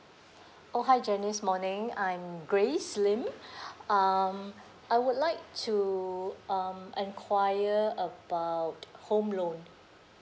oh hi jenny morning I'm grace lim um I would like to um enquire about home loan